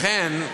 לכן,